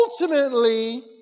ultimately